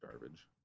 garbage